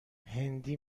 هندی